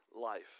life